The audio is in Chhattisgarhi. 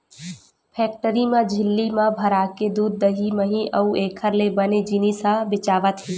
फेकटरी म झिल्ली म भराके दूद, दही, मही अउ एखर ले बने जिनिस ह बेचावत हे